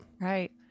Right